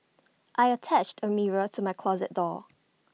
I attached A mirror to my closet door